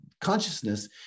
consciousness